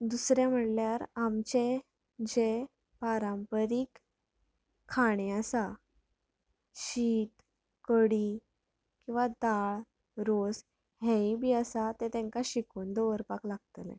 दुसरें म्हणल्यार आमचें जें पारंपारीक खाणें आसा शीत कडी वा दाळ रोस हेंय बी आसा तें तेंकां शिकोवन दवरपाक लागतलें